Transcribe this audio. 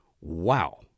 wow